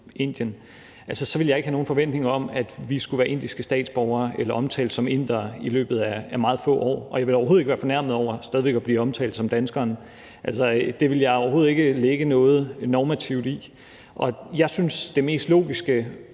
Indien, ville jeg ikke have nogen forventninger om, at vi skulle være indiske statsborgere eller omtales som indere i løbet af meget få år, og jeg ville overhovedet ikke være fornærmet over stadig væk at blive omtalt som danskeren. Altså, det ville jeg overhovedet ikke lægge noget normativt i. Jeg er ikke sikker